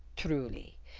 truly,